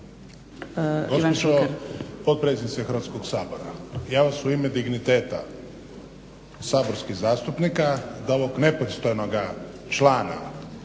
Gospođo potpredsjednice Hrvatskog sabora, ja vas u ime digniteta saborskih zastupnika da ovog nepristojnog člana